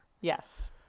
Yes